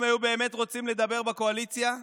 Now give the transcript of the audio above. אם היו באמת רוצים לדבר בקואליציה,